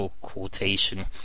quotation